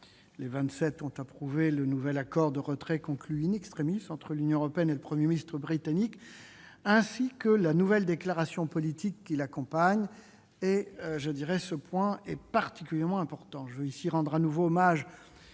ont approuvé le nouvel accord de retrait conclu entre l'Union européenne et le Premier ministre britannique, ainsi que la nouvelle déclaration politique qui l'accompagne, ce point étant particulièrement important. Je veux ici rendre de nouveau hommage,